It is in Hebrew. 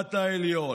המשפט העליון.